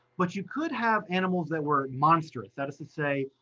but you could have animals that were monstrous, that is to say,